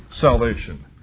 salvation